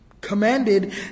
commanded